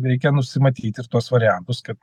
reikia nusimatyti ir tuos variantus kad